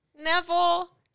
Neville